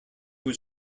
was